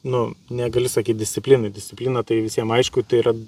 nu negali sakyt disciplinai disciplina tai visiem aišku tai yra